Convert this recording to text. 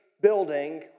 building